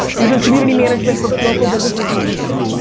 you're doing community management for but local businesses in houston.